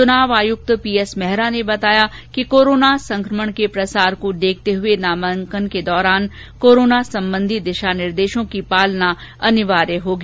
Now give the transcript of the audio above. चुनाव आयुक्त पीएस मेहरा ने बताया कि कोरोना संक्रमण के प्रसार को देखते हुए नामांकन के दौरान कोरोना संबंधी दिशा निर्देशों की पालना अनिवार्य होगी